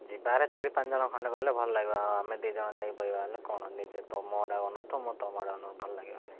ଯିବାରେ ଚାରି ପାଞ୍ଚ ଜଣ ଖଣ୍ଡେ ଗଲେ ଭଲ ଲାଗିବ ଆଉ ଆମେ ଦୁଇ ଜଣ ଯାଇ ବସିବା ବୋଲେ କ'ଣ ନିଜେ ତୋ ମୁହଁଟାକୁ ଅନାଉଥିବୁ ମୁଁ ତୋ ମୁହଁଟାକୁ ଭଲ ଲାଗିବନି